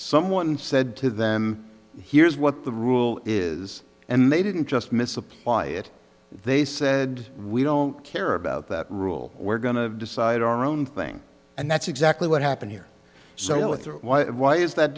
someone said to them here's what the rule is and they didn't just misapply it they said we don't care about that rule we're going to decide our own thing and that's exactly what happened here so with that why is that